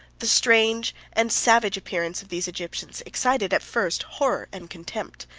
the strange and savage appearance of these egyptians excited, at first, horror and contempt,